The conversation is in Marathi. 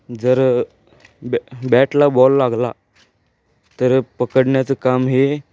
जर बॅ बॅटला बॉल लागला तर पकडण्याचं काम हे